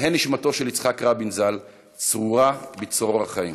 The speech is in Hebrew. תהא נשמתו של יצחק רבין ז"ל צרורה בצרור החיים.